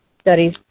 studies